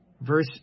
Verse